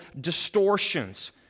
distortions